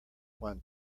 won